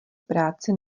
práci